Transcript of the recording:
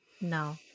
No